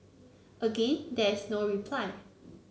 again there is no reply